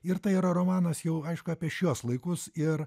ir tai yra romanas jau aišku apie šiuos laikus ir